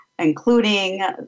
including